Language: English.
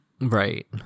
Right